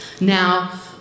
Now